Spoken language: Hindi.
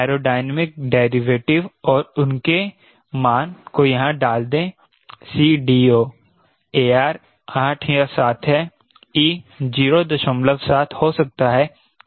एरोडायनामिक डेरिवेटिव और उनके मान को यहां डाल दें CDO AR 8 या 7 है e 07 हो सकता है और pi आपको पता है